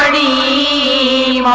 a